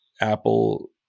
Apple